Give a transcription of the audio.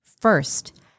First